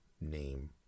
name